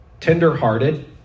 Tenderhearted